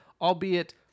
albeit